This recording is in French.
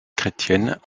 chrétiennes